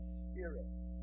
spirits